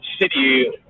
city